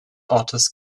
ortes